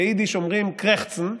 ביידיש אומרים קרעכצן,